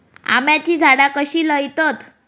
आम्याची झाडा कशी लयतत?